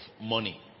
money